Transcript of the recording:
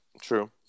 true